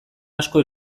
asko